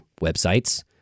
websites